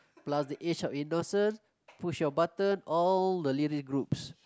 plus the age of innocence push your button all the lyric groups